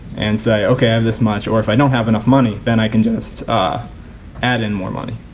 and say ok i have this much or if i don't have enough money then i can just add in more money